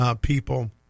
people